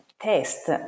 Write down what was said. test